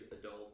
adult